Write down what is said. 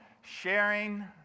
sharing